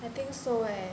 I think so eh